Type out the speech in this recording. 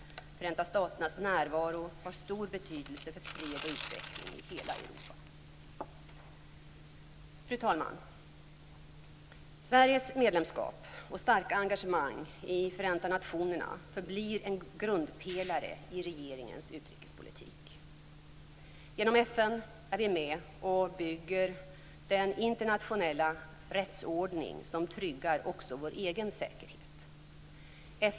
Förenta staternas närvaro har stor betydelse för fred och utveckling i hela Fru talman! Sveriges medlemskap och starka engagemang i Förenta nationerna förblir en grundpelare i regeringens utrikespolitik. Genom FN är vi med och bygger den internationella rättsordning som tryggar också vår egen säkerhet.